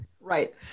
Right